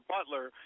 Butler